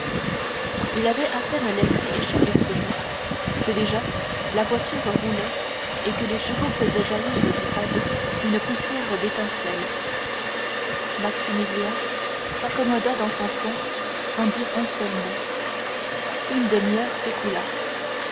il avait à peine laissé échapper ce mot que déjà la voiture roulait et que les chevaux faisaient jaillir du pavé une poussière d'étincelles maximilien s'accommoda dans son coin sans dire un seul mot une demi-heure